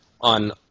on